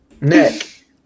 Nick